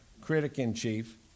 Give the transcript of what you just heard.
critic-in-chief